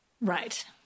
Right